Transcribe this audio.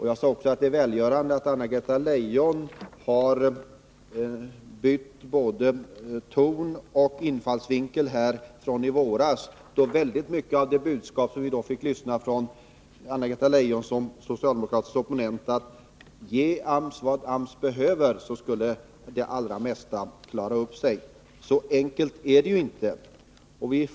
Jag sade också att det är välgörande att Anna-Greta Leijon har bytt både ton och infallsvinkel sedan i våras, då väldigt mycket av det budskap som vi fick lyssna på från Anna-Greta Leijon som socialdemokratisk opponent gick ut på att ge AMS vad AMS vill ha — då skulle det allra mesta klara upp sig. Men så enkelt är det ju inte.